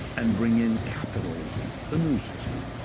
and bring in capitalism, the new system.